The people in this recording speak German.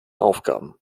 aufgaben